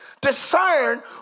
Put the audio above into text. discern